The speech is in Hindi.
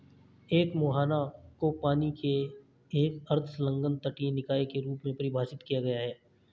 एक मुहाना को पानी के एक अर्ध संलग्न तटीय निकाय के रूप में परिभाषित किया गया है